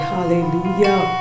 Hallelujah